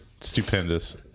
stupendous